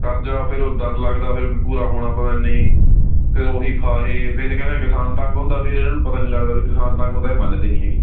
ਕਰਜ਼ਾ ਫਿਰ ਉਹ ਡਰ ਲੱਗਦਾ ਫਿਰ ਵੀ ਪੂਰਾ ਹੋਣਾ ਪਤਾ ਨਹੀਂ ਫਿਰ ਉਹੀ ਫਾਹੇ ਫਿਰ ਇਹ ਕਹਿੰਦੇ ਕਿਸਾਨ ਤੰਗ ਹੁੰਦਾ ਫਿਰ ਇਹਨਾਂ ਨੂੰ ਪਤਾ ਨਹੀਂ ਲੱਗਦਾ ਵੀ ਕਿਸਾਨ ਤੰਗ ਹੁੰਦਾ ਇਹ ਮੰਨਦੇ ਨਹੀਂ ਹੈਗੇ